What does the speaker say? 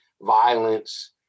violence